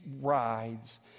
rides